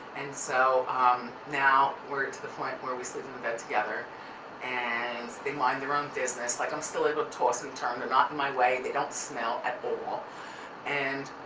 and so now we're to the point where we sleep in the bed together and they mind their own business, like, i'm still able to toss and turn, they're not in my way, they don't smell at all and